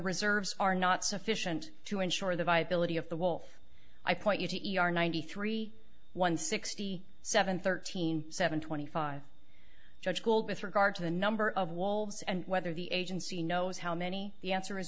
reserves are not sufficient to ensure the viability of the wolf i point you to e r ninety three one sixty seven thirteen seven twenty five judge gold with regard to the number of wolves and whether the agency knows how many the answer is